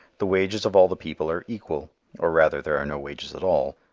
the wages of all the people are equal or rather there are no wages at all,